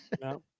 no